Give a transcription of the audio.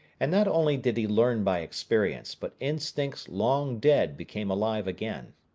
and not only did he learn by experience, but instincts long dead became alive again.